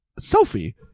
Selfie